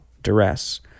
duress